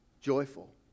joyful